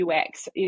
UX